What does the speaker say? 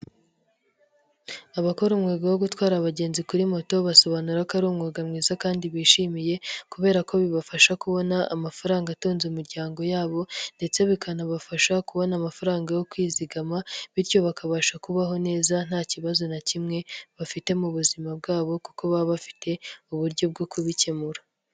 Abakora umwuga wo gutwara abagenzi kuri moto, basobanura ko ari umwuga mwiza kandi bishimiye, kubera ko bibafasha kubona amafaranga atunze imiryango yabo ndetse bikanabafasha kubona amafaranga yo kwizigama, bityo bakabasha kubaho neza nta kibazo na kimwe bafite mu buzima bwabo kuko baba bafite uburyo bwo kubikemura.